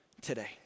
today